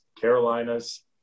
Carolina's